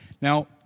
Now